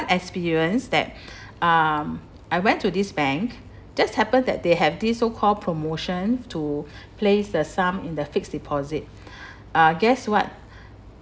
experience that um I went to this bank just happened that they have these so called promotion to place the sum in the fixed deposit uh guess what